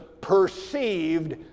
perceived